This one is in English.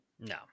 No